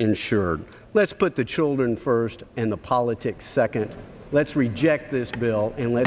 insured let's put the children first and the politics second let's reject this bill and l